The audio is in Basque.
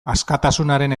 askatasunaren